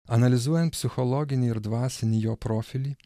analizuojant psichologinį ir dvasinį jo profilį